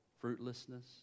fruitlessness